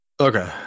Okay